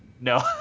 no